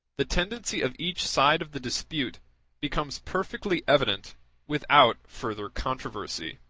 the tendency of each side of the dispute becomes perfectly evident without further controversy.